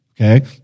okay